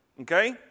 okay